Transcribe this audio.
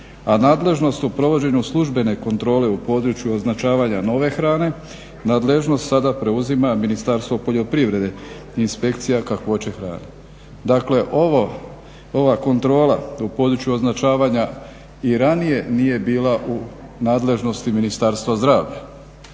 A nadležnost u provođenju službene kontrole u području označavanja nove hrane, nadležnost sada preuzima Ministarstvo poljoprivrede i inspekcija kakvoće hrane. Dakle, ova kontrola u području označavanja i ranije nije bila u nadležnosti Ministarstva zdravlja.